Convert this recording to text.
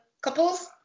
couple's